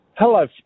Hello